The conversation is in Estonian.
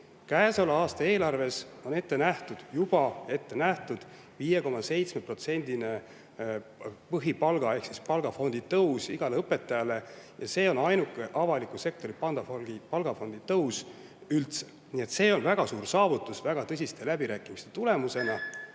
Käesoleva aasta eelarves on juba ette nähtud 5,7%‑line palgafondi ehk põhipalga tõus igale õpetajale, ja see on ainuke avaliku sektori palgafondi tõus üldse. See on väga suur saavutus, väga tõsiste läbirääkimiste tulemus.